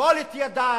כבול את ידי,